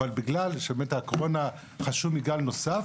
אבל בגלל שבאמת בקורונה חששו מגל נוסף,